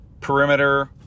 perimeter